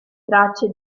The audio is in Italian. tracce